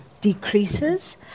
decreases